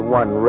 one